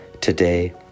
Today